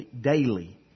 daily